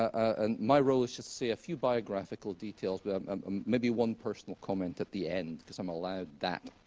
and my role is just to say a few biographical details, but and um maybe one personal comment at the end because i'm allowed that.